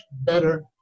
better